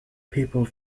people